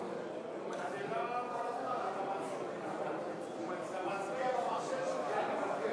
קבוצת סיעת מרצ וקבוצת סיעת הרשימה המשותפת